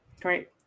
Great